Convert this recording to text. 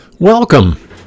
welcome